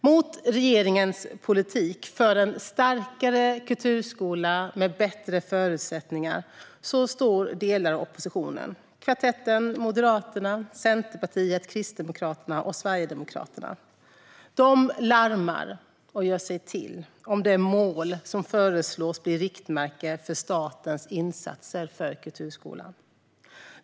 Mot regeringens politik för en starkare kulturskola med bättre förutsättningar står delar av oppositionen - kvartetten Moderaterna, Centerpartiet, Kristdemokraterna och Sverigedemokraterna. De larmar och gör sig till om det mål som föreslås bli riktmärke för statens insatser för kulturskolan.